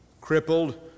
crippled